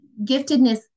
Giftedness